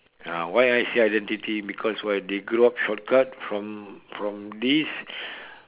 ya why I say identity because why they grew up short cut from from this